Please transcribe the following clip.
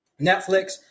Netflix